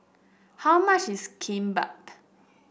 how much is Kimbap